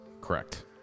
Correct